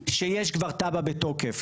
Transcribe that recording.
שיש כבר תב"ע בתוקף.